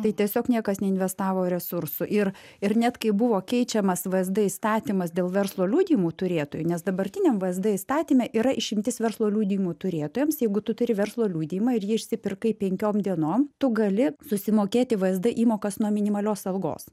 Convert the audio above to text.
tai tiesiog niekas neinvestavo resursų ir ir net kai buvo keičiamas vzd įstatymas dėl verslo liudijimų turėtojų nes dabartiniam vzd įstatyme yra išimtis verslo liudijimų turėtojams jeigu tu turi verslo liudijimą ir jį išsipirkai penkiom dienom tu gali susimokėti vzd įmokas nuo minimalios algos